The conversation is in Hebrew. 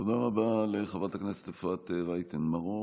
תודה רבה לחברת הכנסת אפרת רייטן מרום.